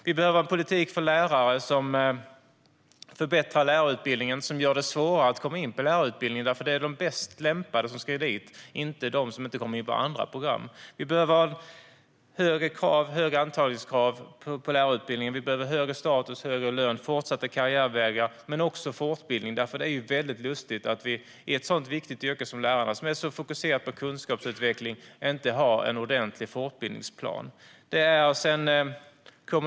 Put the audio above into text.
Vi behöver ha en politik för förbättrad lärarutbildning och som gör det svårare att komma in på lärarutbildningen, för det är de bäst lämpade som ska dit, inte de som inte kommer in på andra program. Vi behöver ha högre antagningskrav till lärarutbildningen, högre status, högre lön, fortsatta karriärvägar men också fortbildning. Det är lustigt att det för ett så viktigt yrke som lärare, som är så fokuserat på kunskapsutveckling, inte finns en ordentlig fortbildningsplan.